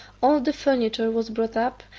all the furniture was brought up,